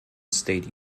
state